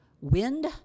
wind